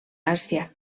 àsia